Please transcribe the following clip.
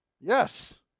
Yes